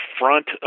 front